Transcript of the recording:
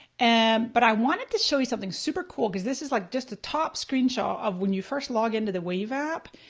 and but i wanted to show you something super cool cause this is like just the top screen shot of when you first log into the wave app.